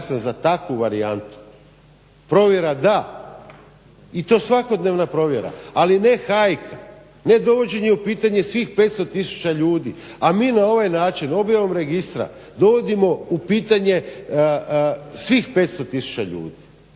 ja sam za takvu varijantu. Provjera da i to svakodnevna provjera ali ne hajka, ne dovođenje u pitanje svih 500 tisuća ljudi. A mi na ovaj način objavom registra dovodimo u pitanje svih 500 tisuća ljudi.